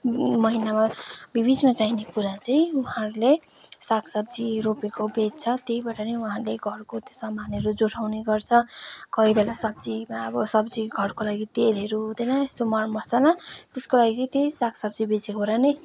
महिनामा बिच बिचमा चाहिने कुरा चाहिँ उहाँहरूले सागसब्जी रोपेको बेच्छ त्यही भएर नै उहाँहरूले घरको त्यो सामानहरू जुटाउने गर्छ कोही बेला सब्जी भयो अब घरको लागि तेलहरू हुँदैन यस्तो मरमसला त्यसको लागि चाहिँ त्यही सागसब्जी बेचेकोबाट नै